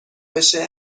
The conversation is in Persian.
بشه